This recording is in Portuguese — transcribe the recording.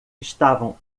estavam